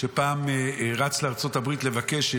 שפעם רץ לארצות הברית לבקש,